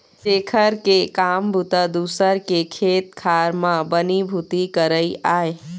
जेखर के काम बूता दूसर के खेत खार म बनी भूथी करई आय